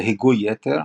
להיגוי יתר,